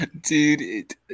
Dude